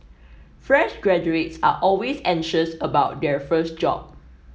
fresh graduates are always anxious about their first job